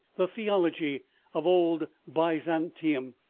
the theology of old byzantium.